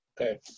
Okay